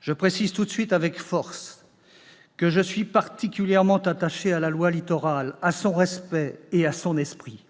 Je précise tout de suite, et avec force, que je suis particulièrement attaché à la loi Littoral, à son respect, à son esprit.